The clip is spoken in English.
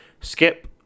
skip